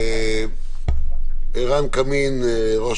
עירן קמין, ראש